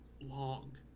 long